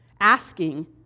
asking